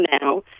now